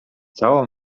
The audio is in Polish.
całą